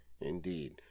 Indeed